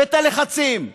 ואת הלחצים.